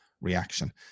reaction